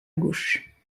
gauche